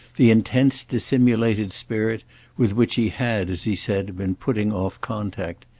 the intense, dissimulated spirit with which he had, as he said, been putting off contact.